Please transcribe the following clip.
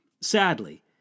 Sadly